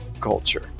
Culture